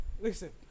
Listen